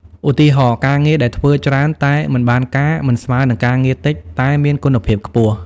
ឧទាហរណ៍ ការងារដែលធ្វើច្រើនតែមិនបានការ មិនស្មើនឹងការងារតិចតែមានគុណភាពខ្ពស់។